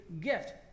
gift